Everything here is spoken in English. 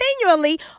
continually